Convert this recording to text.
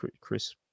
Chris